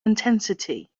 intensity